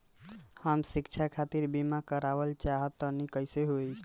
हम शिक्षा खातिर बीमा करावल चाहऽ तनि कइसे होई?